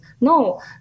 No